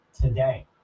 Today